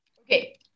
okay